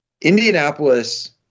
Indianapolis